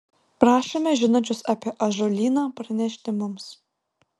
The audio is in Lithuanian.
prašome žinančius apie ąžuolyną pranešti mums